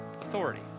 Authority